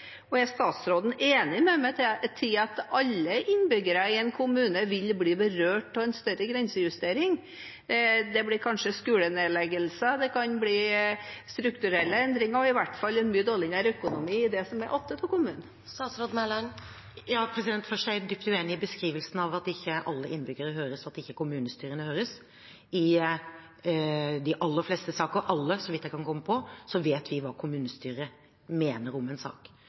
Og er statsråden enig med meg i at alle innbyggere i en kommune vil bli berørt av en større grensejustering? Det blir kanskje skolenedleggelser, det kan bli strukturelle endringer og i hvert fall en mye dårligere økonomi i det som blir igjen av kommunen. Først er jeg dypt uenig i beskrivelsen av at ikke alle innbyggere høres, og at ikke kommunestyrene høres. I de alle fleste saker – alle, så vidt jeg kan komme på – vet vi hva kommunestyret mener om en sak.